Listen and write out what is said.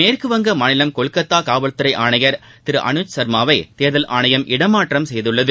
மேற்குவங்க மாநிலம் கொல்கத்தா காவல்துறை ஆணையர் திரு அனுஜ் சர்மாவை தேர்தல் ஆணையம் இடமாற்றம் செய்துள்ளது